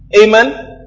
Amen